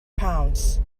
pounds